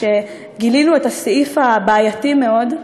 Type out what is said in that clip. כשגילינו את הסעיף הבעייתי מאוד,